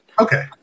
Okay